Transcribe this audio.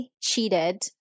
cheated